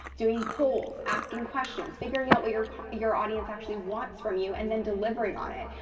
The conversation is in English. doing polls, asking questions, figuring out what your your audience actually wants from you and then delivering on it.